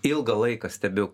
ilgą laiką stebiu